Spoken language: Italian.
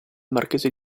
marchese